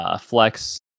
flex